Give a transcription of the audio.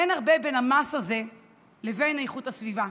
אין הרבה בין המס הזה לבין איכות הסביבה,